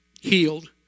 healed